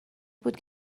بود